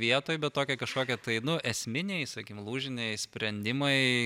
vietoj bet tokie kažkokie tai nu esminiai sakykim lūžiniai sprendimai